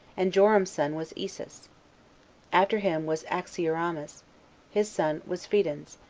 and joram's son was isus after him was axioramus his son was phidens,